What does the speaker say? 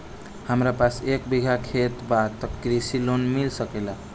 हमरा पास एक बिगहा खेत बा त कृषि लोन मिल सकेला?